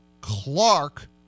Clark